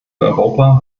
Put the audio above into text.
europa